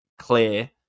clear